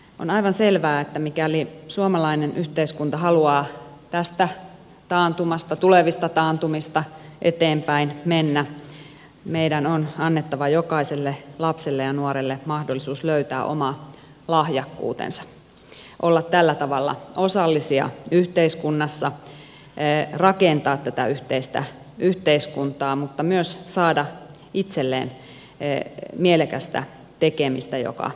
on aivan selvää että mikäli suomalainen yhteiskunta haluaa tästä taantumasta tulevista taantumista eteenpäin mennä meidän on annettava jokaiselle lapselle ja nuorelle mahdollisuus löytää oma lahjakkuutensa olla tällä tavalla osallisia yhteiskunnassa rakentaa tätä yhteistä yhteiskuntaa mutta myös saada itselleen mielekästä tekemistä joka palkitsee